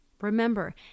Remember